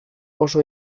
oso